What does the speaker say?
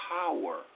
power